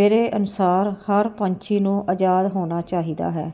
ਮੇਰੇ ਅਨੁਸਾਰ ਹਰ ਪੰਛੀ ਨੂੰ ਆਜ਼ਾਦ ਹੋਣਾ ਚਾਹੀਦਾ ਹੈ